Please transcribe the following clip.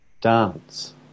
dance